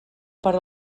per